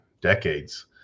decades